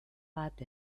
bat